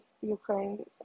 Ukraine